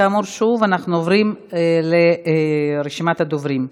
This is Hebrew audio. כאמור, שוב, אנחנו עוברים לרשימת הדוברים: